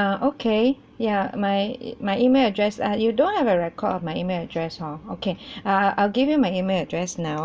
ah okay ya my e~ my email address uh you don't have a record of my email address hor okay err I'll give you my email address now